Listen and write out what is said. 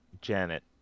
Janet